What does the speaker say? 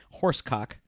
Horsecock